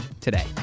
today